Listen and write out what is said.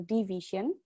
Division